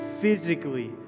physically